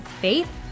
faith